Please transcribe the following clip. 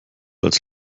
als